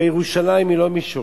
הרי ירושלים היא לא מישורית.